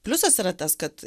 pliusas yra tas kad